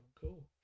Cool